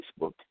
Facebook